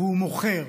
והוא מוכר.